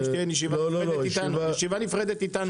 גם שתקיים ישיבה נפרדת איתנו,